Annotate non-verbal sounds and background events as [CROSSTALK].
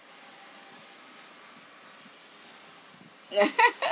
ya [LAUGHS]